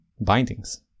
bindings